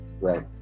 Right